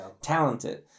talented